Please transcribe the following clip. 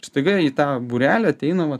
staiga į tą būrelį ateina vat